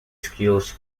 skills